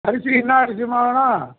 அரிசி என்ன அரிசிமா வேணும்